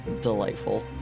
delightful